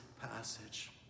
passage